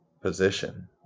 position